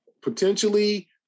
potentially